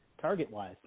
target-wise